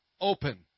open